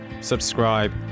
subscribe